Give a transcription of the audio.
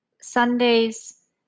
Sundays